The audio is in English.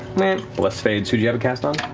matt bless fades. who'd you have it cast on?